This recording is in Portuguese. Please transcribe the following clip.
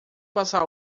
passar